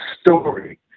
story